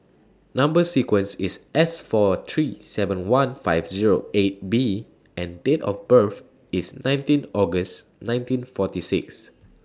Number sequence IS S four three seven one five Zero eight B and Date of birth IS nineteen August nineteen forty six